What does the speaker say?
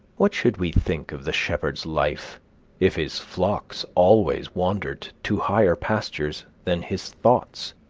what should we think of the shepherd's life if his flocks always wandered to higher pastures than his thoughts?